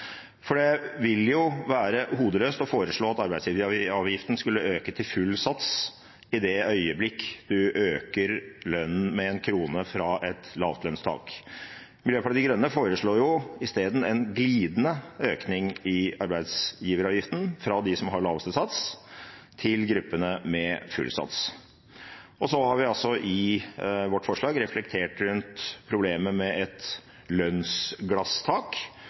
for det vil jo være hodeløst å foreslå at arbeidsgiveravgiften skal økes til full sats i det øyeblikket man øker lønnen med én krone fra et lavlønnstak. Miljøpartiet De Grønne foreslår i stedet en glidende økning i arbeidsgiveravgiften, fra de som har laveste sats, til gruppene med full sats. I vårt forslag har vi også reflektert rundt problemet med et lønnsglasstak,